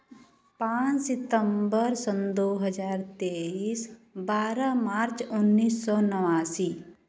पाँच सितम्बर सन दो हज़ार तेईस बारह मार्च उन्नीस सौ नवासी